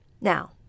Now